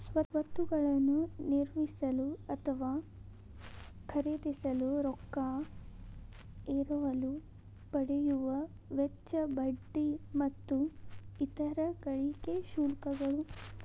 ಸ್ವತ್ತುಗಳನ್ನ ನಿರ್ಮಿಸಲು ಅಥವಾ ಖರೇದಿಸಲು ರೊಕ್ಕಾ ಎರವಲು ಪಡೆಯುವ ವೆಚ್ಚ, ಬಡ್ಡಿ ಮತ್ತು ಇತರ ಗಳಿಗೆ ಶುಲ್ಕಗಳು